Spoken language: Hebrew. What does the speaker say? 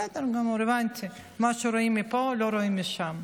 בסדר גמור, הבנתי, מה שרואים מפה, לא רואים משם.